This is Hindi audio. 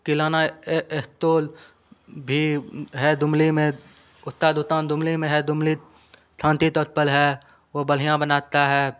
किराना स्टोर भी है दुमली में उतना दुकान दुमली में है दुमली शांति चौक पर है वो बढ़िया बनाता है